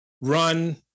Run